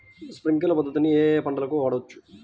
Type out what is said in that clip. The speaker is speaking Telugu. స్ప్రింక్లర్ పద్ధతిని ఏ ఏ పంటలకు వాడవచ్చు?